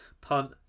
punt